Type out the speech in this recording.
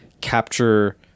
capture